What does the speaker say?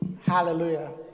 Hallelujah